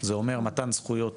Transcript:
זה אומר מתן זכויות